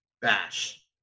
Bash